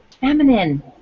feminine